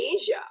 asia